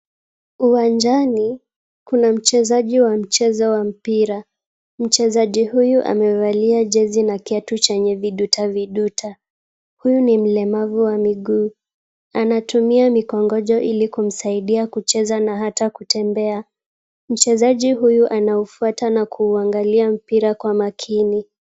Uwanjani kuna mchezaji wa mchezo wa mpira. Mchezaji huyu amevalia jezi na kiatu chenye viduta viduta. Huyu ni mlemavu wa miguu. Anatumia mikongojo ili kumsaidia kucheza na ata kutembea. Mchezaji huyu anaufuata na kuuangalia mpira kwa makini.